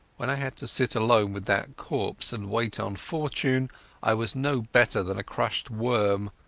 when i had to sit alone with that corpse and wait on fortune i was no better than a crushed worm,